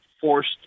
forced